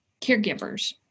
caregivers